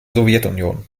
sowjetunion